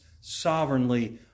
sovereignly